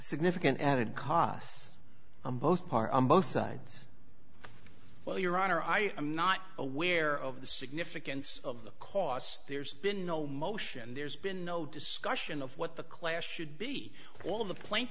significant added costs on both par on both sides well your honor i am not aware of the significance of the cost there's been no motion there's been no discussion of what the class should be all the pla